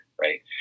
right